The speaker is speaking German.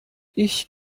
ich